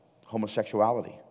homosexuality